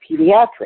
Pediatrics